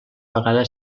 vegada